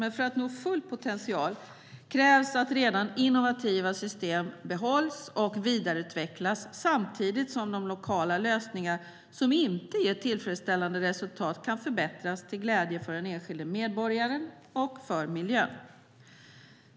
Men för att nå full potential krävs att redan innovativa system behålls och vidareutvecklas samtidigt som de lokala lösningar som inte ger tillfredsställande resultat kan förbättras till glädje för den enskilde medborgaren och för miljön.